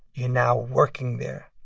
you're now working there.